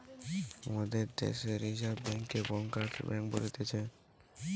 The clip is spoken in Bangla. মোদের দ্যাশে রিজার্ভ বেঙ্ককে ব্যাঙ্কার্স বেঙ্ক বলতিছে